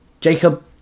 Jacob